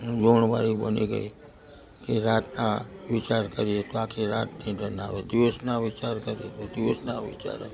મૂંઝવણ વાળી બની ગઈ કે રાતના વિચાર કરીએ તો આખી રાત નિંદર ના આવે દિવસના વિચાર કરીએ તો દિવસના વિચારો